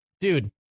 dude